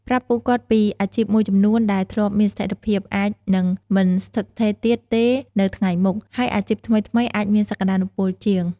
ប្រាប់ពួកគាត់ពី អាជីពមួយចំនួនដែលធ្លាប់មានស្ថិរភាព អាចនឹងមិនស្ថិតស្ថេរទៀតទេនៅថ្ងៃមុខ ហើយអាជីពថ្មីៗអាចមានសក្តានុពលជាង។